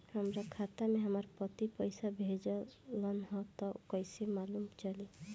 हमरा खाता में हमर पति पइसा भेजल न ह त कइसे मालूम चलि?